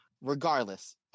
Regardless